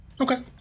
Okay